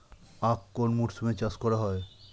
আখ কোন মরশুমে চাষ করা হয়?